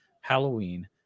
halloween